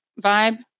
vibe